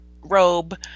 robe